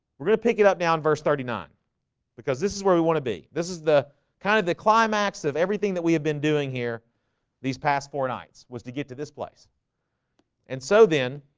we're going to pick it up now in verse thirty nine because this is where we want to be this is the kind of the climax of everything that we have been doing here these past four nights was to get to this place and so then